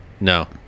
No